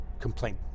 complaint